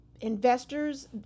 Investors